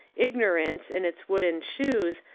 ignorance, in its wooden shoes,